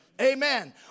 Amen